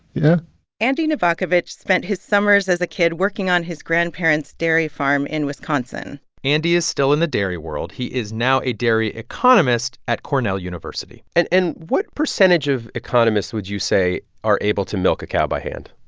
yeah andy novakovic spent his summers as a kid working on his grandparents' dairy farm in wisconsin andy is still in the dairy world. he is now a dairy economist at cornell university and and what percentage of economists would you say are able to milk a cow by hand?